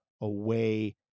away